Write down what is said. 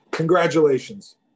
Congratulations